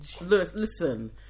Listen